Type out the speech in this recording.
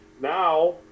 now